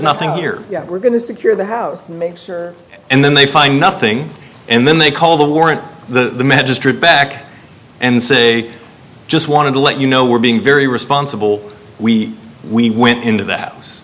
nothing here we're going to secure the house and then they find nothing and then they call the warrant the magistrate back and say i just wanted to let you know we're being very responsible we we went into the house